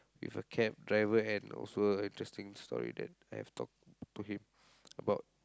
with a cab driver and also a interesting story that I have talked to him about